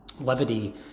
levity